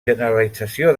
generalització